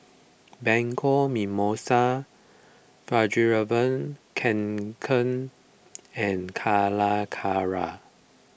Bianco Mimosa Fjallraven Kanken and Calacara